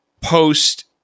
post